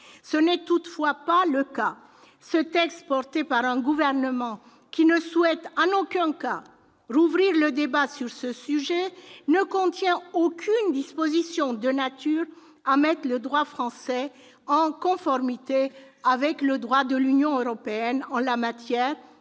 Tel n'est toutefois pas le cas. Ce projet de loi, porté par un gouvernement qui ne souhaite en aucun cas rouvrir le débat sur ce sujet, ne contient aucune disposition de nature à mettre le droit français en conformité avec le droit de l'Union européenne en la matière